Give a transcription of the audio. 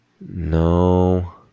No